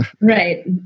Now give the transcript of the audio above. Right